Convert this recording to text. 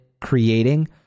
creating